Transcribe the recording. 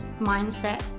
mindset